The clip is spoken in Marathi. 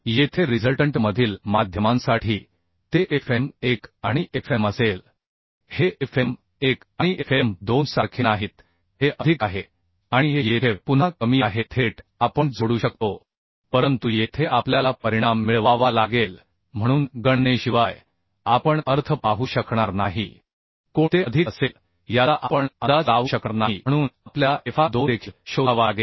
येथे रिझल्टंट मधील माध्यमांसाठी ते Fm 1 आणि Fm असेल हे Fm1 आणि Fm 2 सारखे नाहीत हे अधिक आहे आणि हे येथे पुन्हा कमी आहे थेट आपण जोडू शकतो परंतु येथे आपल्याला परिणाम मिळवावा लागेल म्हणून गणनेशिवाय आपण अर्थ पाहू शकणार नाही म्हणून आपल्याला Fr2 देखील शोधावा लागेल